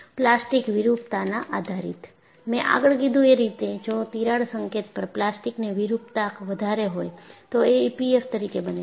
plastic વિરૂપતાના આધારિત મેં આગળ કીધું એ રીતે જો તિરાડ સંકેત પર પ્લાસ્ટિકને વિરૂપતા વધારે હોય તો એ ઈપીએફએમ તરીકે બને છે